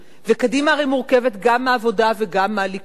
וקדימה הרי מורכבת גם מהעבודה וגם מהליכוד,